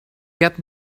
get